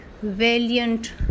valiant